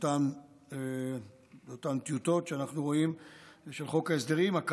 באותן טיוטות של חוק ההסדרים שאנחנו רואים,